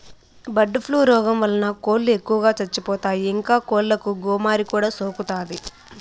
bird flu రోగం వలన కోళ్ళు ఎక్కువగా చచ్చిపోతాయి, ఇంకా కోళ్ళకు గోమారి కూడా సోకుతాది